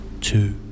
two